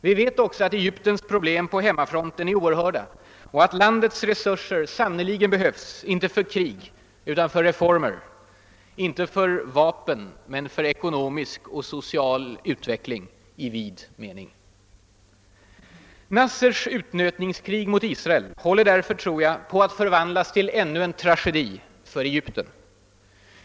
Vi vet också att Egyptens problem på hemmafronten är oerhörda och att landets resurser sannerligen behövs, inte för krig utan för reformer, inte för vapen utan för ekonomisk och social utveckling i vid mening. Nassers »utnötningskrig» mot Israel håller därför, tror jag, på att förvandlas till ännu en tragedi för Egypten.